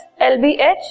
LBH